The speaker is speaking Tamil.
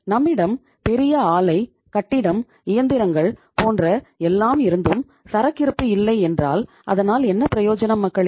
நம்மிடம் பெரிய ஆலை கட்டிடம் இயந்திரங்கள் போன்ற எல்லாம் இருந்தும் சரக்குகிருப்பு இல்லை என்றால் அதனால் என்ன பிரயோஜனம் மக்களே